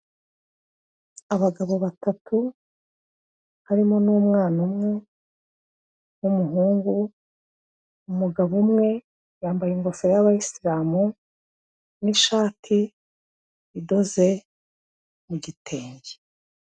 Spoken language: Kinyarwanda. Abagabo batatu harimo n'umwana umwe w'umuhungu, umugabo umwe yambaye ingofero y'abayisilamu n'ishati idoze mu gitenge.